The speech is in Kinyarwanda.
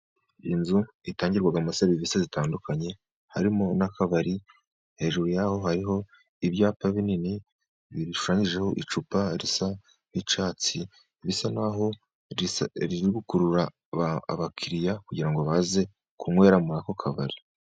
Iyi nzu itangirwamo serivisi zitandukanye harimo n'akabari, hejuru y'aho hariho ibyapa binini bishushanyijeho icupa risa n'icyatsi, bisa n'aho riri gukurura abakiriya kugira ngo baze kunywera muri ako kabari.